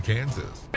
Kansas